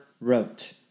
wrote